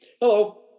Hello